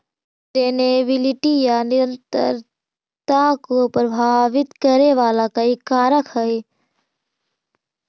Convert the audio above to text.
sustainability या निरंतरता को प्रभावित करे वाला कई कारक हई